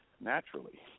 naturally